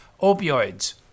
opioids